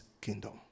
kingdom